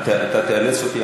אבל אם אתה תאלץ אותי,